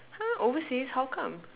!huh! overseas how come